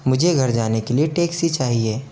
मुझे घर जाने के लिए टेक्सी चाहिए